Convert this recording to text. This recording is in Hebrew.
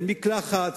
ואין מקלחת,